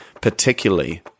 particularly